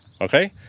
okay